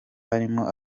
harimo